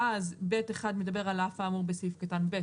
ואז (ב1) מדבר: על אף האמור בסעיף קטן (ב).